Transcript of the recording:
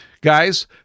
Guys